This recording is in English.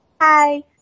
Hi